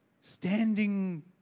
Standing